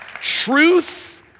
truth